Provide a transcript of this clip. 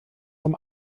vom